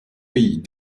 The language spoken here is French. pays